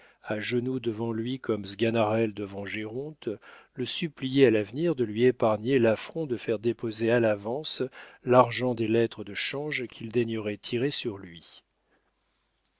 à genoux devant lui comme sganarelle devant géronte le suppliait à l'avenir de lui épargner l'affront de faire déposer à l'avance l'argent des lettres de change qu'il daignerait tirer sur lui